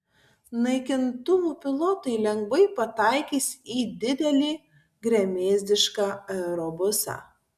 naikintuvų pilotai lengvai pataikys į didelį gremėzdišką aerobusą